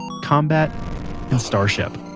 combat and star ship.